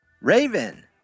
Raven